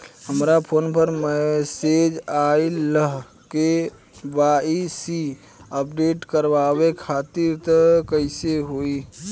हमरा फोन पर मैसेज आइलह के.वाइ.सी अपडेट करवावे खातिर त कइसे होई?